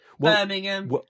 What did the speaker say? Birmingham